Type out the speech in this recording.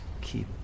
keep